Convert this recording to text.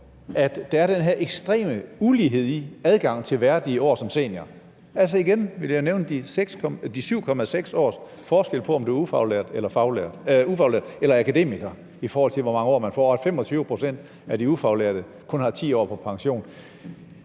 at der er den her ekstreme ulighed i adgangen til værdige år som senior? Altså, igen vil jeg nævne de 7,6 års forskel på, om man er ufaglært eller akademiker, i forhold til hvor mange år man får, og at 25 pct. af de ufaglærte kun har 10 år på pension.